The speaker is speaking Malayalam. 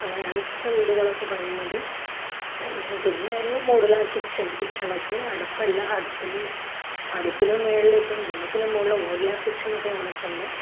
അങ്ങനെയാണ് ഇപ്പോഴത്തെ വീടുകളൊക്കെ പണിയുന്നത് പിന്നെ ഒരു മോഡുലാർ കിച്ചൺ കിച്ചണൊക്കെ അടുപ്പല്ല അടുപ്പിനും അടുപ്പിനും മുകളില് ഇപ്പോള് ഗ്യാസിനും മുകളില് മോഡുലാർ കിച്ചണൊക്കെ വന്നിട്ടുണ്ട്